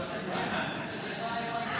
הצבעה.